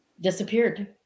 Disappeared